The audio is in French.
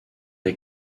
est